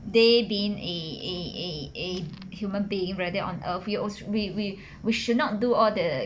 they being a a a a human being rather on earth we we we should not do all the